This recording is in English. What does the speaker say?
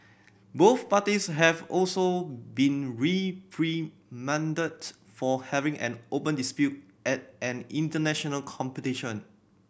both parties have also been reprimanded for having an open dispute at an international competition